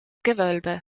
gewölbe